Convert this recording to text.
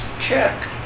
check